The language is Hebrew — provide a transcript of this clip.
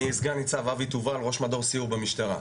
אני סנ"צ אבי תובל, ראש מדור סיור במשטרה.